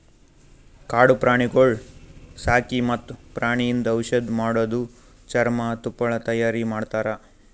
ಕಾಡು ಪ್ರಾಣಿಗೊಳ್ ಸಾಕಿ ಮತ್ತ್ ಪ್ರಾಣಿಯಿಂದ್ ಔಷಧ್ ಮಾಡದು, ಚರ್ಮ, ತುಪ್ಪಳ ತೈಯಾರಿ ಮಾಡ್ತಾರ